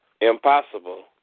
Impossible